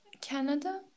Canada